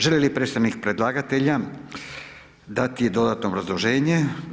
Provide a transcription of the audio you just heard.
Želi li predstavnik predlagatelja dati dodatno obrazloženje?